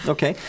Okay